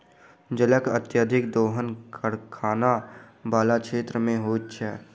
जलक अत्यधिक दोहन कारखाना बला क्षेत्र मे होइत छै